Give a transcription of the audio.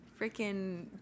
Freaking